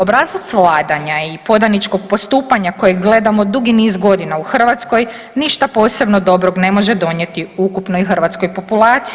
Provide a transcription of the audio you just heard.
Obrazac vladanja i podaničkog postupanja kojeg gledamo dugi niz godina u Hrvatskoj ništa posebno dobro ne može donijeti ukupnoj hrvatskoj populaciji.